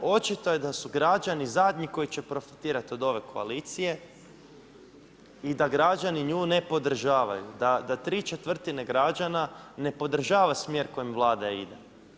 Očito je da su građani zadnji koji će profitirati od ove koalicije i da građani nju ne podržavaju, da tri četvrtine građana ne podražava smjer kojim Vlada ide.